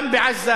גם בעזה,